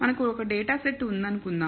మనకు ఒక data set ఉందనుకుందాం